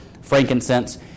frankincense